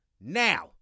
Now